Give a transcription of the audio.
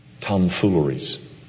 tomfooleries